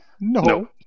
No